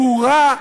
ברורה,